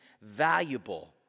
valuable